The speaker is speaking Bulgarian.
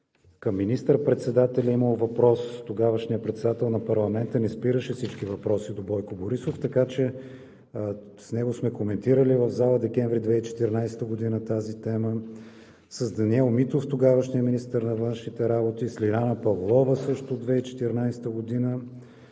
към министър председателя имам въпрос. Тогавашният председател на парламента не спираше всички въпроси до Бойко Борисов, така че с него сме коментирали в залата през месец декември 2014 г. тази тема; с Даниел Митов – тогавашният министър на външните работи; с Лиляна Павлова също през 2014